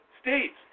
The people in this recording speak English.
states